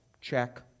Check